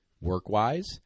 work-wise